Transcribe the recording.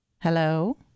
Hello